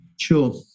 Sure